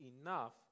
enough